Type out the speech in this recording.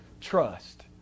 trust